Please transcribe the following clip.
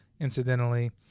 Incidentally